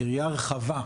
יריעה רחבה.